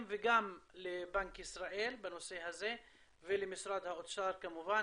וגם לבנק ישראל בנושא הזה ולמשרד האוצר כמובן,